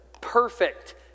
perfect